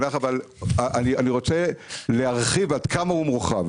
אבל אני רוצה להרחיב עד כמה הוא מורכב.